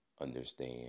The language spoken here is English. understand